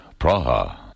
Praha